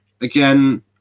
again